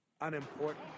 unimportant